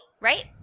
right